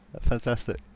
fantastic